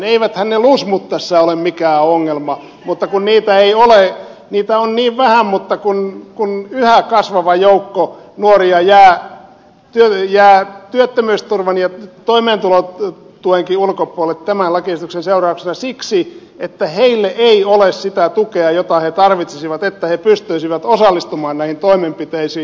eiväthän ne lusmut tässä ole mikään ongelma niitä on niin vähän mutta yhä kasvava joukko nuoria jää työttömyysturvan ja toimeentulotuenkin ulkopuolelle tämän lakiesityksen seurauksena siksi että heille ei ole sitä tukea jota he tarvitsisivat että he pystyisivät osallistumaan näihin toimenpiteisiin